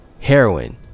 heroin